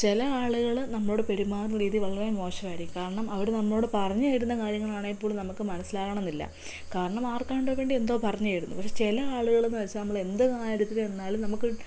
ചില ആളുകൾ നമ്മളോട് പെരുമാറുന്ന രീതി വളരെ മോശമായിരിക്കും കാരണം അവർ നമ്മളോട് പറഞ്ഞ് തരുന്ന കര്യങ്ങളാണെങ്കിൽ പോലും നമുക്ക് മനസ്സിലാകണമെന്നില്ല കാരണം ആർക്കാണ്ടോ വേണ്ടി എന്തോ പറഞ്ഞ് തരുന്നു പക്ഷെ ചില ആളുകളെന്ന് വച്ചാൽ നമ്മൾ എന്ത് കാര്യത്തിന് ചെന്നാലും നമുക്ക്